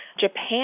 Japan